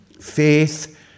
faith